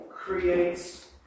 Creates